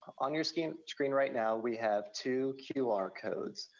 on your screen screen right now, we have two qr codes.